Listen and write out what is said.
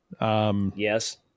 Yes